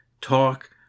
talk